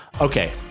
Okay